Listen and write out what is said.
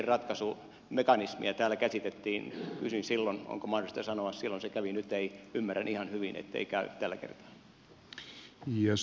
kun kriisinratkaisumekanismia täällä käsiteltiin kysyin silloin onko mahdollista sanoa silloin se kävi nyt ei ja ymmärrän ihan hyvin ettei käy tällä kertaa